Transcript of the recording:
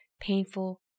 painful